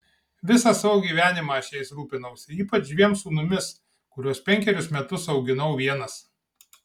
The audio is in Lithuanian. visą savo gyvenimą aš jais rūpinausi ypač dviem sūnumis kuriuos penkerius metus auginau vienas